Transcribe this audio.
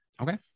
okay